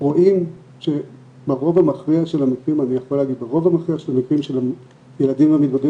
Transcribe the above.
רואים שברוב המכריע של המקרים של ילדים ומתבגרים